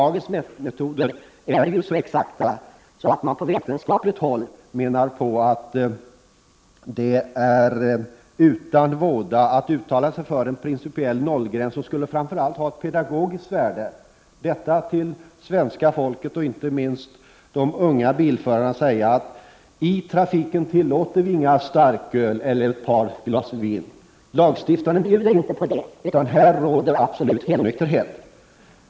Dagens mätmetoder är ju så exakta att man på vetenskapligt håll menar att man utan våda kan uttala sig för en principiell nollgräns. Det skulle framför allt vara av pedagogiskt värde att till svenska folket och inte minst de unga bilförarna kunna säga att i trafiken tillåter vi inga starköl eller ett par glas vin, lagstiftaren bjuder inte på det, utan här råder det absolut helnykterhet.